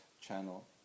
channel